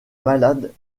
malades